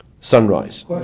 sunrise